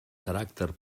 caràcter